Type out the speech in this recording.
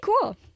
cool